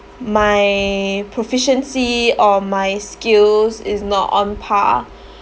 my proficiency or my skills is not on par